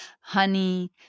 honey